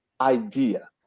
idea